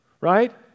Right